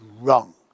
wrong